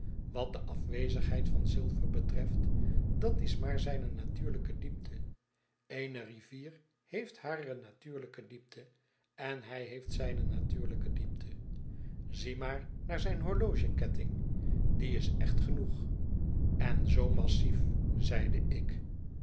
wat de afwezigheid van zilver betreft dat is maar zijne natuurlijke diepte eene rivier heeft hare natuurlijke diepte en hij heeft zijne natuurlijke diepte zie maar naar zijn horlogeketting die is echt genoeg en zoo massief zeide ik